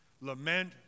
lament